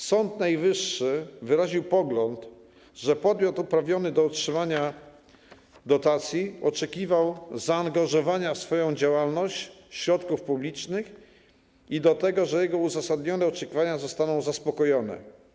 Sąd Najwyższy wyraził pogląd, że podmiot uprawniony do otrzymania dotacji oczekiwał zaangażowania w swoją działalność środków publicznych oraz że jego uzasadnione oczekiwania zostaną zaspokojone.